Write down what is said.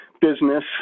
business